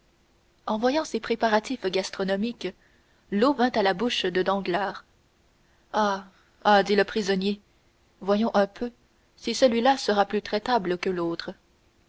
en voyant ces préparatifs gastronomiques l'eau vint à la bouche de danglars ah ah dit le prisonnier voyons un peu si celui-ci sera plus traitable que l'autre